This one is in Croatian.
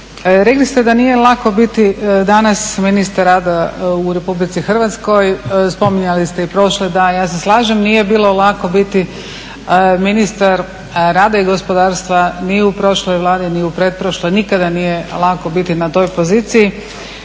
rekli ste da nije lako biti danas ministar rada u RH, spominjali ste i prošle dane, ja se slažem nije bilo lako biti ministar rada i gospodarstva ni u prošloj ni u pretprošloj vladi, nikada nije bilo lako na toj poziciji.